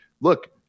look